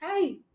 hey